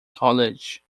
college